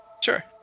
Sure